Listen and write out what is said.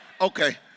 Okay